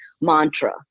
mantra